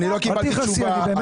אני לא קיבלתי תשובה.